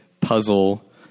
puzzle